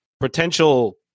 potential